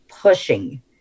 pushing